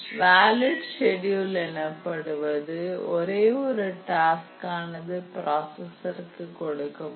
valid schedule எனப்படுவது ஒரே ஒரு டாஸ்க் ஆனது ப்ராசஸ்ருக்கு கொடுக்கப் படும்